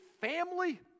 family